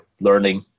learning